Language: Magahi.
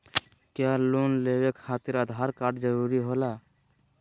क्या लोन लेवे खातिर आधार कार्ड जरूरी होला?